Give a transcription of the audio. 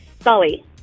Sully